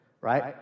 right